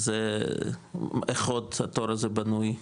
אז איך עוד התור הזה בנוי?